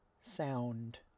sound